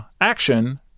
action